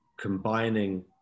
combining